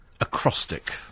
Acrostic